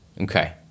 Okay